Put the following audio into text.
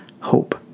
hope